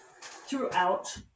throughout